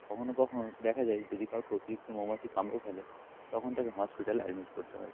কখনও কখনও দেখা যায় যদি কাউকে অতিরিক্ত মৌমাছি কামড়ে ফেলে তখন তাকে হসপিটালে অ্যাডমিট করতে হয়